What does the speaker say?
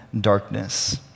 darkness